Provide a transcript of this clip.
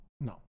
No